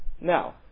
Now